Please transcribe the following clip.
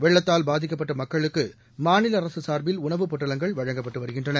வெள்ளத்தால் பாதிக்கப்பட்ட மக்களுக்கு மாநில அரசு சார்பில் உணவுப் பொட்டலங்கள் வழங்கப்பட்டு வருகின்றன